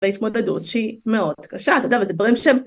בהתמודדות שהיא מאוד קשה אתה יודע וזה דברים שהם